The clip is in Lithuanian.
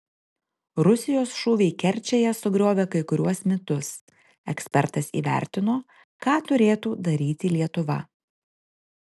rusijos šūviai kerčėje sugriovė kai kuriuos mitus ekspertas įvertino ką turėtų daryti lietuva